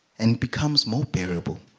and becomes more bearable